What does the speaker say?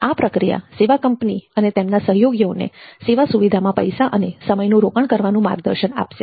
આ પ્રક્રિયા સેવા કંપની અને તેમના સહયોગીઓને સેવા સુવિધામાં પૈસા અને સમયનું રોકાણ કરવાનું માર્ગદર્શન આપશે